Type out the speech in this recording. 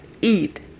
eat